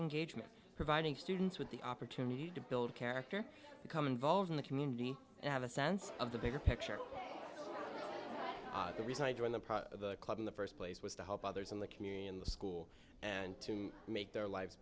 engagement providing students with the opportunity to build character become involved in the community and have a sense of the bigger picture the reason i joined the part of the club in the first place was to help others in the community in the school and to make their lives